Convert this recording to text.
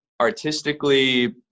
artistically